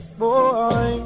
boy